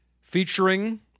featuring